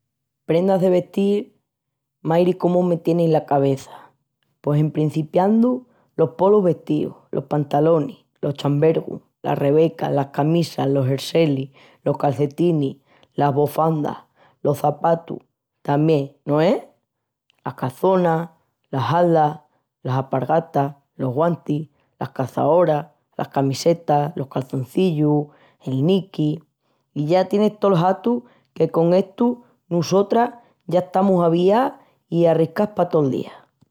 Prendas de vestil... mairi comu me tienis la cabeça! Pos emprencipiandu polos vestíus, los pantalonis, los chambergus, las rebecas, las camisas, los jerselis, los calcetinis, las bofandas, los çapatus tamién, no es? las calçonas, las halda, las alpargatas, los guantis, la caçaora, la camiseta, el calçoncillu, el niqui... i ya tienis tol hatu que con estu nusotras ya estamus avias i arriscás pa tol día.